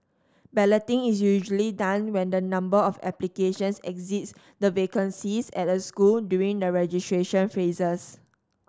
balloting is usually done when the number of applications exceeds the vacancies at a school during the registration phases